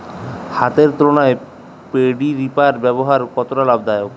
হাতের তুলনায় paddy reaper ব্যবহার কতটা লাভদায়ক?